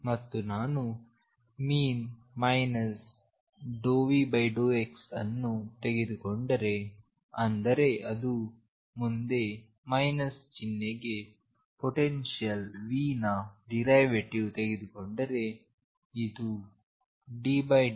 ಮತ್ತು ನಾನು ⟨ ∂V∂x⟩ಅನ್ನು ತೆಗೆದುಕೊಂಡರೆ ಅಂದರೆ ಅದು ಮುಂದೆ ಮೈನಸ್ ಚಿಹ್ನೆಗೆ ಪೊಟೆನ್ಶಿಯಲ್ V ನ ಡಿರೈವೆಟಿವ್ ತೆಗೆದುಕೊಂಡರೆ ಇದು ddt ⟨p⟩